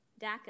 DACA